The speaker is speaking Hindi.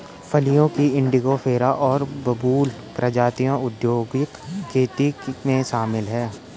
फलियों की इंडिगोफेरा और बबूल प्रजातियां औद्योगिक खेती में शामिल हैं